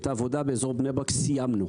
את העבודה באזור בני ברק סיימנו.